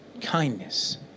Kindness